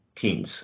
teens